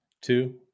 two